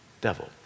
devil